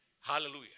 Hallelujah